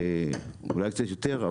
אולי קצת יותר,